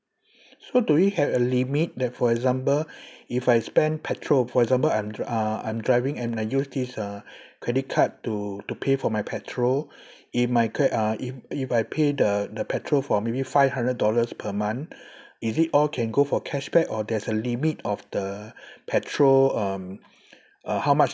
so do we have a limit like for example if I spend petrol for example I'm uh I'm driving and I use this uh credit card to to pay for my petrol in my ca~ if if I pay the the petrol for maybe five hundred dollars per month is it all can go for cashback or there's a limit of the petrol um uh how much